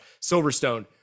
Silverstone